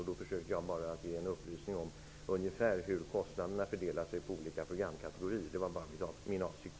Jag försökte då bara ge en upplysning om hur kostnaderna fördelar sig på olika programkategorier. Det var min avsikt.